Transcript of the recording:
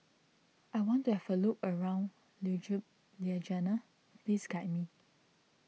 I want to have a look around Ljubljana please guide me